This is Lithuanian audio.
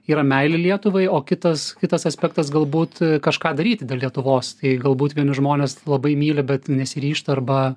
yra meilė lietuvai o kitas kitas aspektas galbūt kažką daryti dėl lietuvos tai galbūt vieni žmonės labai myli bet nesiryžta arba